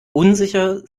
unsicher